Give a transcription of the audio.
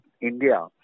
India